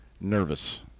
nervous